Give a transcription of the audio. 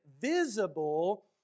visible